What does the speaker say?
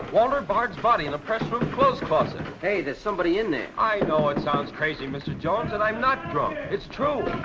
walter bard's body in the pressroom clothes closet. hey, there's somebody in there. i know it sounds crazy, mr. jones. and i'm not drunk, it's true.